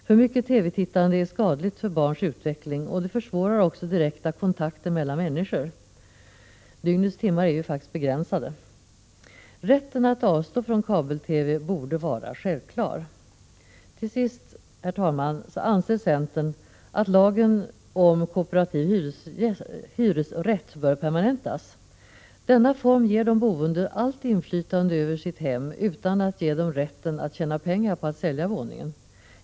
För mycket TV-tittande är skadligt för barns utveckling och försvårar direkta kontakter mellan människor. Dygnets timmar är ju faktiskt begränsade. Rätten att avstå från kabel-TV borde vara självklar. Till sist, herr talman, anser centern att lagen om kooperativ hyresrätt bör permanentas. Denna form ger de boende totalt inflytande över sitt hem, utan att ge dem rätten att tjäna pengar genom att sälja våningen.